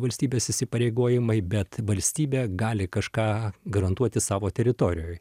valstybės įsipareigojimai bet valstybė gali kažką garantuoti savo teritorijoj